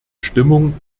stimmung